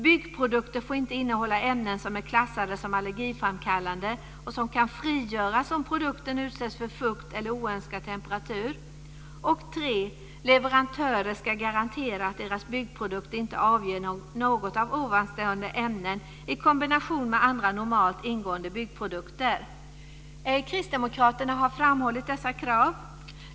Byggprodukter får inte innehålla ämnen som är klassade som allergiframkallande och som kan frigöras om produkten utsätts för fukt eller oönskad temperatur. 3. Leverantörer ska garantera att deras byggprodukter inte avger något av nämnda ämnen i kombination med andra normalt ingående byggprodukter. Kristdemokraterna har framhållit dessa krav.